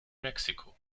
mexiko